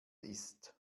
ist